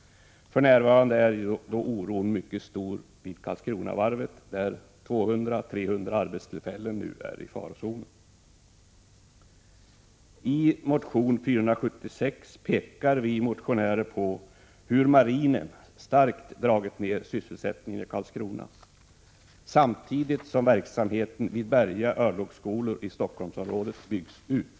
För närvarande är oron mycket stor vid Karlskronavarvet, där 200-300 arbetstillfällen nu är i farozonen. I motion A476 pekar vi motionärer på hur marinen starkt dragit ner sysselsättningen i Karlskrona samtidigt som verksamheten vid Berga örlogsskolor i Stockholmsområdet byggs ut.